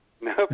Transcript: No